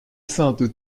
sainte